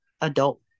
adult